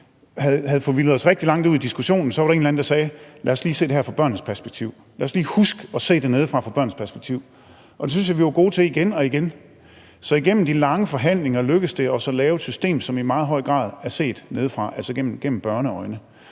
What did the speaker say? havde forvildet os rigtig langt ud i diskussionen, var der en eller anden, der sagde: Lad os lige se det her fra børnenes perspektiv. Lad os lige huske at se det nedefra, fra børnenes perspektiv. Og det synes jeg vi var gode til igen og igen. Så igennem de lange forhandlinger lykkedes det at få lavet et system, som i meget høj grad er set nedefra, altså gennem børneøjne.